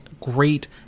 great